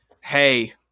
hey